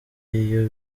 iyo